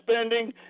spending